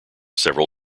several